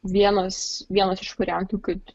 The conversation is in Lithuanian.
vienas vienas iš variantų kad